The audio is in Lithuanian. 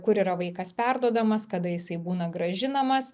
kur yra vaikas perduodamas kada jisai būna grąžinamas